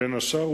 בין השאר,